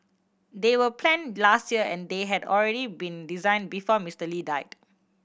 they were planned last year and they had already been designed before Mister Lee died